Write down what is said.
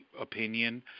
opinion